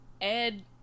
Ed